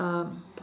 um